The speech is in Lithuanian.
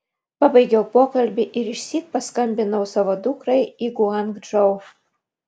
pabaigiau pokalbį ir išsyk paskambinau savo dukrai į guangdžou